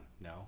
No